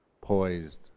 poised